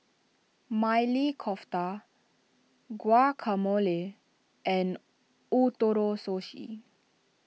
Maili Kofta Guacamole and Ootoro Sushi